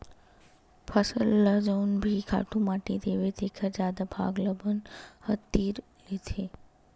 फसल ल जउन भी खातू माटी देबे तेखर जादा भाग ल बन ह तीर लेथे